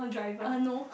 uh no